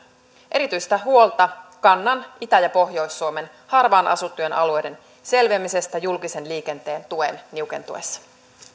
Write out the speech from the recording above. erityistä huolta kannan itä ja pohjois suomen harvaan asuttujen alueiden selviämisestä julkisen liikenteen tuen niukentuessa